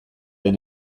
den